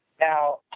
Now